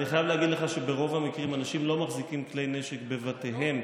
אני חייב להגיד לך שברוב המקרים אנשים לא מחזיקים כלי נשק בבתיהם